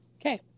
Okay